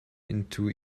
into